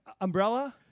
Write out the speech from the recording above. Umbrella